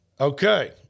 Okay